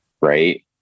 Right